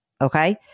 Okay